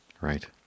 Right